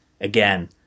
again